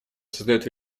создает